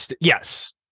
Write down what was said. yes